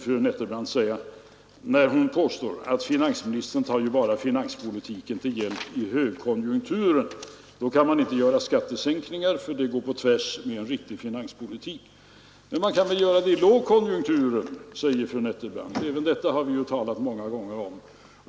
Fru Nettelbrandt påstår att finansministern tar finanspolitiken till hjälp bara i högkonjunkturer. Då kan man inte göra skattesänkningar, för det går på tvärs med en riktig finanspolitik. Men man kan väl göra det i lågkonjunkturer, säger fru Nettelbrandt. Även detta har vi ju talat många gånger om.